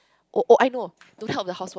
oh oh I know to help the house work